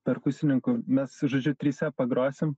perkusininku mes žodžiu trise pagrosim